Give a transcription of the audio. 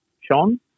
Sean